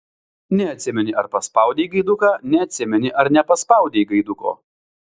neatsimeni ar paspaudei gaiduką neatsimeni ar nepaspaudei gaiduko